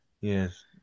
yes